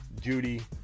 Judy